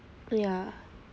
ya